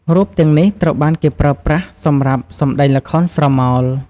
រូបទាំងនេះត្រូវបានគេប្រើប្រាស់សម្រាប់សម្ដែងល្ខោនស្រមោល។